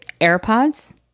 AirPods